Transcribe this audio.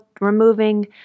removing